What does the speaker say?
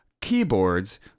keyboards